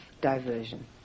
diversion